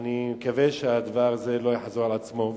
אני מקווה שהדבר הזה לא יחזור על עצמו,